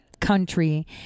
country